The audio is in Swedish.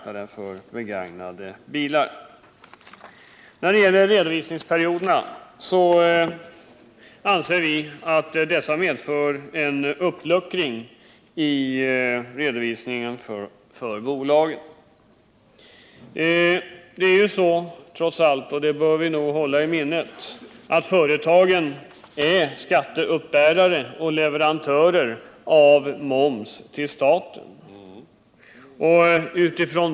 Vi anser vidare att propositionens förslag om redovisningsperioderna medför en uppluckring av redovisningsprinciperna för bolagen. Vi skall hålla i minnet att företagen är momsskatteuppbärare och leverantörer av moms till staten.